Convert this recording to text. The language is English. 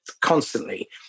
constantly